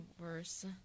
worse